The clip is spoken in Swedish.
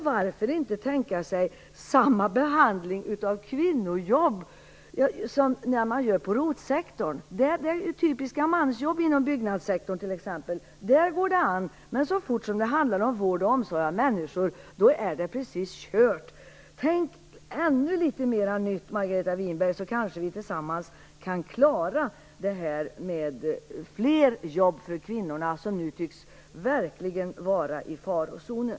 Varför inte tänka sig samma behandling av kvinnojobb som inom ROT-sektorn? Det är typiska mansjobb som finns inom t.ex. byggnadssektorn. Där går det an, men så fort det handlar om vård och omsorg av människor är loppet kört! Tänk i nya banor, Margareta Winberg, så kanske vi kan klara av att skapa fler jobb för kvinnorna - de tycks verkligen vara i farozonen.